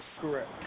correct